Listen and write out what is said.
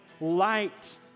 light